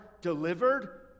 delivered